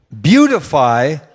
beautify